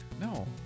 No